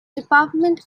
department